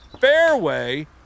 Fairway